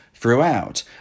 Throughout